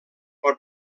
pot